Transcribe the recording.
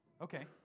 Okay